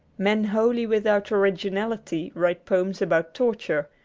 men wholly without originality write poems about torture,